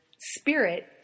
spirit